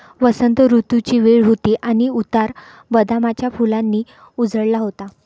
वसंत ऋतूची वेळ होती आणि उतार बदामाच्या फुलांनी उजळला होता